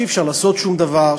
שאי-אפשר לעשות שום דבר,